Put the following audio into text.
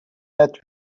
net